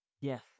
Yes